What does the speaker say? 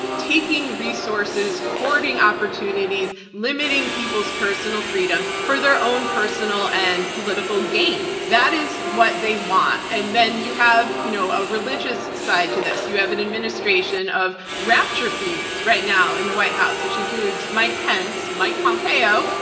taking resources, hoarding opportunities, limiting people's personal freedom for their own personal and political gain. that is what they want. and then you have, you know, a religious side to this. you have an administration of rapture fiends right now in the white house, which includes mike pence, mike pompeo,